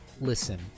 listen